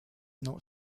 not